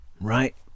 right